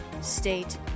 state